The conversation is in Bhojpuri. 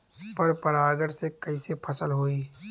पर परागण से कईसे फसल होई?